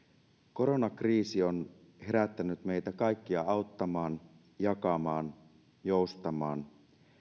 koronakriisi on herättänyt meitä kaikkia auttamaan jakamaan joustamaan